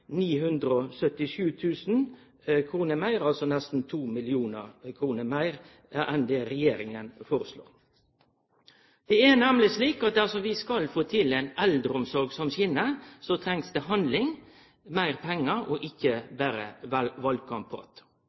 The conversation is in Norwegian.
altså nesten 2 mill. kr – meir enn det regjeringa foreslår. Det er nemleg slik at dersom vi skal få til ei eldreomsorg som skin, trengst det handling og meir pengar og ikkje berre